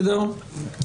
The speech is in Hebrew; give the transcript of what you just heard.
זה סטנדרטים של המשטרה.